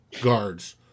guards